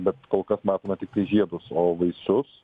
bet kol kas matome tiktai žiedus o vaisius